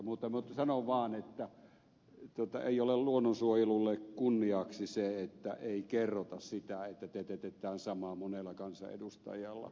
mutta sanon vaan että ei ole luonnonsuojelulle kunniaksi se että ei kerrota sitä että teetätetään samaa monella kansanedustajalla